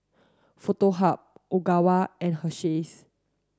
Foto Hub Ogawa and Hersheys